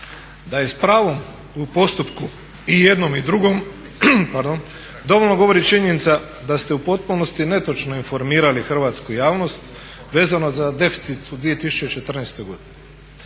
da je s pravom u postupku i jednom i drugom dovoljno govori činjenica da ste u potpunosti netočno informirali hrvatsku javnost vezano za deficit u 2014. godini.